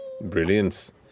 brilliance